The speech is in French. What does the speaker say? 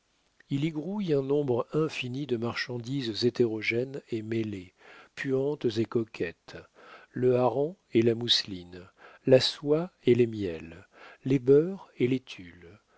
il y grouille un nombre infini de marchandises hétérogènes et mêlées puantes et coquettes le hareng et la mousseline la soie et les miels les beurres et les tulles